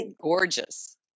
gorgeous